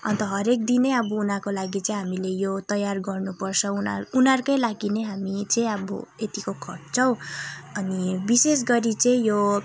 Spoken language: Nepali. अन्त हरेक दिन नै अब उनीहरूको लागि चाहिँ हामीले यो तयार गर्नु पर्छ उनीहरूको लागि नै हामी चाहिँ अब यतिको खट्छौँ अनि विशेष गरी चाहिँ यो